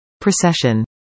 Procession